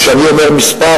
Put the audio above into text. כשאני אומר מספר,